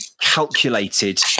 calculated